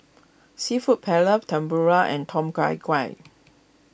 Seafood Paella Tempura and Tom Gai